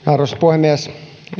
arvoisa puhemies